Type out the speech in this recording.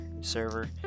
server